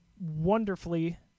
wonderfully